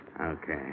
Okay